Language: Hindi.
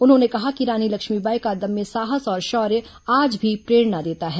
उन्होंने कहा कि रानी लक्ष्मीबाई का अदम्य साहस और शौर्य आज भी प्रेरणा देता है